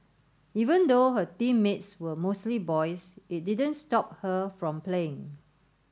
even though her teammates were mostly boys it didn't stop her from playing